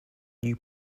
new